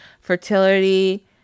fertility